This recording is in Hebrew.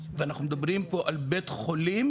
ואנחנו מדברים פה על בית חולים